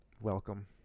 welcome